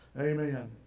Amen